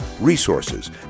resources